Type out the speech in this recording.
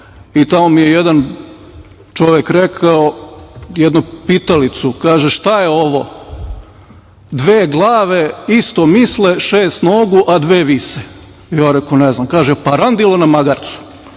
i tamo mi je jedan čovek rekao jednu pitalicu. Kaže – šta je ovo – dve glave isto misle, šest nogu, a dve vise? Ja rekoh – ne znam. Kaže – pa Parandilo na magarcu.